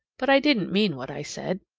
but i didn't mean what i said.